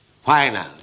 Final